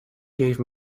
gave